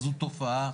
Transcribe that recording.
זו תופעה.